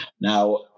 now